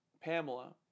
Pamela